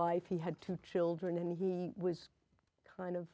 life he had two children and he was kind of